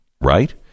right